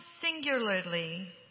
singularly